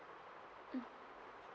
mm